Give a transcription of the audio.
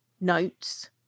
notes